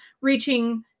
reaching